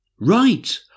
Right